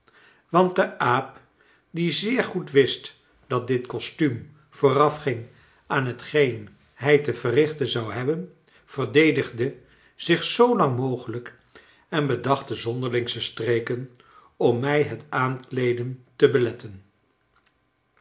want de aap die zeer goed wist dat dit kostuum voorafging aan hetgeen hij te verrichten zou hebben verdedigde zich zoolang mogelijk en bedacht de zonderlingste streken om mij het aankleeden te beletten